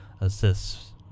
assists